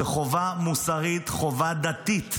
זו חובה מוסרית, חובה דתית,